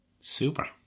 Super